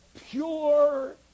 pure